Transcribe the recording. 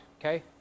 okay